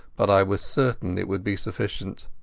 but i was certain it would be sufficient.